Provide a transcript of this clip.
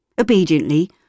Obediently